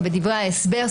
גם בדברי ההסבר,